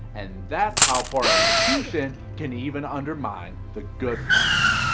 and that's how poor execution can even undermine the good parts.